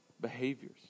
behaviors